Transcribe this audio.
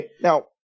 Now